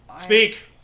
Speak